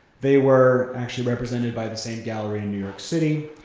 they were actually represented by the same gallery in new york city,